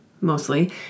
mostly